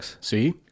See